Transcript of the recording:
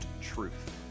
truth